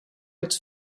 its